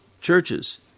churches